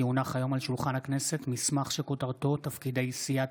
כי הונח היום על שולחן הכנסת מסמך שכותרתו: תפקידי סיעת